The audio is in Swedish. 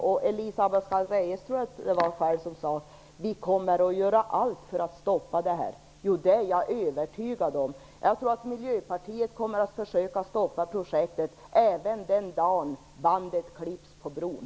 Jag tror att det var Elisa Abascal Reyes själv som sade att man kommer att göra allt för att stoppa projektet. Jo, det är jag övertygad om. Jag tror att Miljöpartiet kommer att försöka stoppa projektet även den dag då bandet klipps på bron.